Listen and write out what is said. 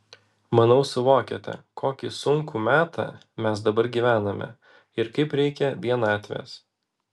manau suvokiate kokį sunkų metą mes dabar gyvename ir kaip reikia vienatvės